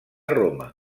roma